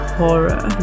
horror